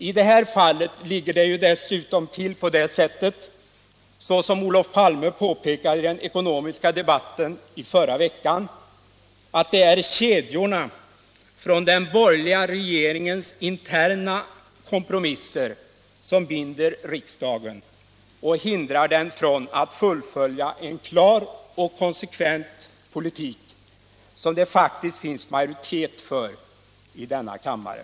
I det här fallet ligger det dessutom till på det sättet — det påpekade Olof Palme i den ekonomiska debatten förra veckan — att det är kedjorna från den borgerliga regeringens interna kompromisser som binder riksdagen och hindrar den från att fullfölja en klar och konsekvent politik, som det faktiskt finns majoritet för i denna kammare.